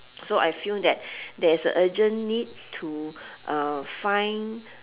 so I feel that there is a urgent need to uh find